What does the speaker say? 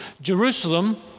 Jerusalem